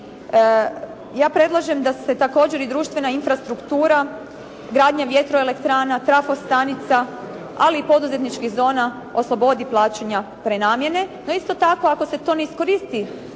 Ja predlažem da se također i društvena infrastruktura gradnje vjetroelektrana, trafostanica, ali i poduzetničkih zona oslobodi plaćanja prenamjene. No isto tako ako se to ne iskoristi